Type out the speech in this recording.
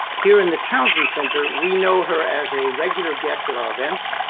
here in the townsend center, we know her as a regular guest at our events,